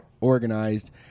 organized